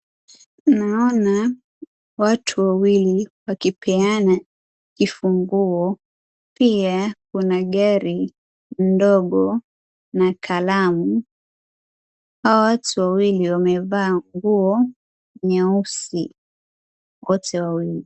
Naona watu wawili wakipeana kifunguo. Pia kuna gari ndogo na kalamu. Hawa watu wawili wamevaa nguo nyeusi wote wawili.